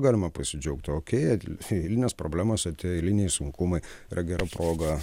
galima pasidžiaugti okei eilinės problemos atėjo eiliniai sunkumai yra gera proga